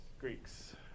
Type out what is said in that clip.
Greeks